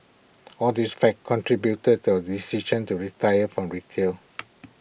all these factors contributed to our decision to retire from retail